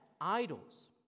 idols